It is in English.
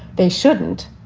they shouldn't.